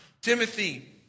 Timothy